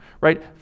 right